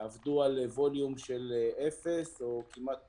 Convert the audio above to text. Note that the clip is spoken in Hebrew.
עבדו על ווליום של אפס, או כמעט פחות.